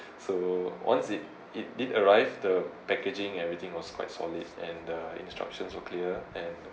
so once it it did arrive the packaging everything was quite solid and the instructions were clear and